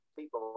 people